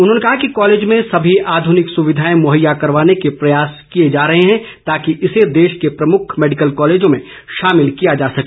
उन्होंने कहा कि कॉलेज में सभी आधुनिक सुविधाएं मुहैया करवाने के प्रयास किए जा रहे हैं ताकि इसे देश के प्रमुख मैडिकल कॉलेजों में शामिल किया जा सके